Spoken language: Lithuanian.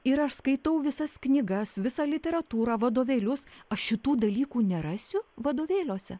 ir aš skaitau visas knygas visą literatūrą vadovėlius aš šitų dalykų nerasiu vadovėliuose